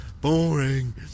Boring